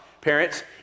parents